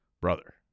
Brother